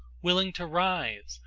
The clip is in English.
willing to rise,